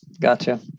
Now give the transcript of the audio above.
gotcha